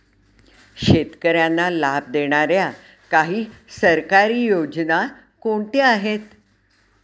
शेतकऱ्यांना लाभ देणाऱ्या काही सरकारी योजना कोणत्या आहेत?